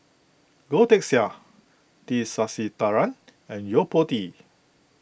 Goh Teck Sian T Sasitharan and Yo Po Tee